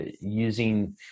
using